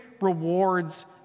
rewards